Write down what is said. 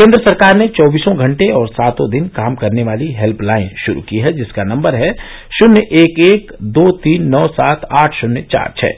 केन्द्र सरकार ने चौबीसों घंटे और सातों दिन काम करने वाली हेल्पलाइन शुरू की है जिसका नंबर है शून्य एक एक दो तीन नौ सात आठ शुन्य चार छः